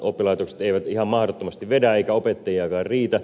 oppilaitokset eivät ihan mahdottomasti vedä eikä opettajiakaan riitä